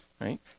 right